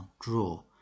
draw